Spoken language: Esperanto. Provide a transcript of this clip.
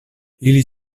ili